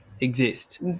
exist